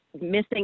missing